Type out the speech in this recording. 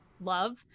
love